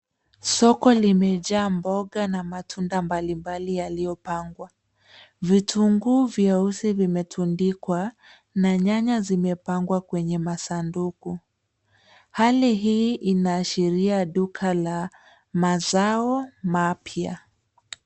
Soko limejaa mboga na matunda mbalimbali yaliyopangwa. Vitunguu vyeusi vimetundikwa na nyanya zimepangwa kwenye masanduku. Hali hii inaashiria duka la mazao mapya.